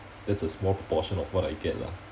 that's a small proportion of what I get lah